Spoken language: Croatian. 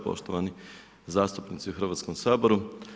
Poštovani zastupnici u Hrvatskom saboru.